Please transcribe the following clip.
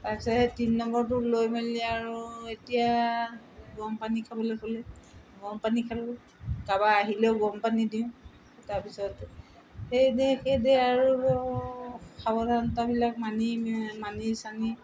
তাৰপিছত সেই তিনি নম্বৰটো লৈ মেলি আৰু এতিয়া গৰম পানী খাবলৈ ক'লে গৰম পানী খালোঁ কাৰবাৰ আহিলেও গৰম পানী দিওঁ তাৰপিছত সেইদে সেইদেহ আৰু সাৱধানতাবিলাক মানি মানি চানি